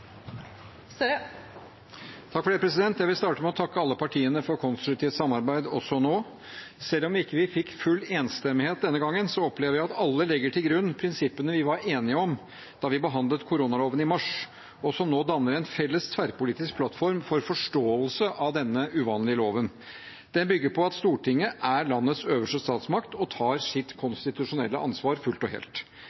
Jeg vil starte med å takke alle partiene for konstruktivt samarbeid også nå. Selv om vi ikke fikk full enstemmighet denne gangen, opplever jeg at alle legger til grunn prinsippene vi var enige om da vi behandlet koronaloven i mars, og som nå danner en felles tverrpolitisk plattform for forståelse av denne uvanlige loven. Den bygger på at Stortinget er landets øverste statsmakt og tar sitt